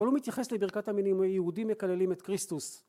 הוא לא מתייחס לברכת המינים, היהודים מקללים את קריסטוס